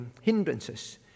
hindrances